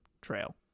trail